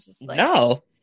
no